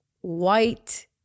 white